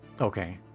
Okay